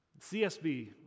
CSB